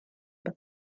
bod